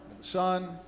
Son